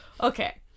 Okay